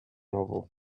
novel